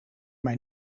mij